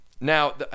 Now